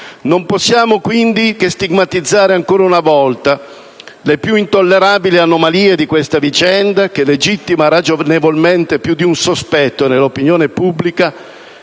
Non possiamo quindi che stigmatizzare ancora una volta le più intollerabili anomalie di questa vicenda che legittima ragionevolmente più di un sospetto nell'opinione pubblica